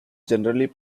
generally